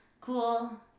cool